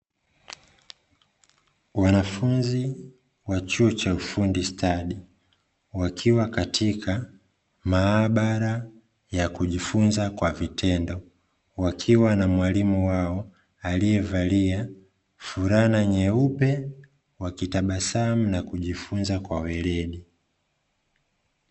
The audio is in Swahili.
Wanafunzi wa chuo cha ufundi stadi wakiwa katika maabara ya kujifunza kwa vitendo, wakiwa na mwalimu wao aliyevalia fulana nyeupe wakitabasamu na kujifunza kwa weredi.